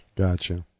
Gotcha